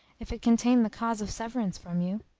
if it contain the cause of severance from you.